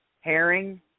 Herring